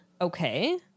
Okay